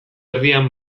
erdian